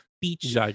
beach